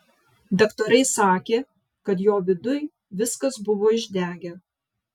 daktarai sakė kad jo viduj viskas buvo išdegę